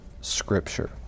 scripture